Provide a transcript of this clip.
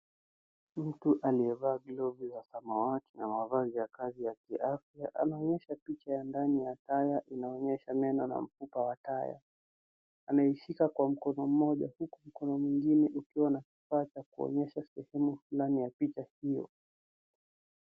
Mtu aliyevaa glovu za samawati na mavazi ya kazi ya kiafya anaonyesha picha ya ndani ya taya inaonyesha meno na mfupa wa taya. Anaishika kwa mkono moja huku mkono mwingine ukiwa na kifaa cha kuonyesha sehemu fulani ya picha hio.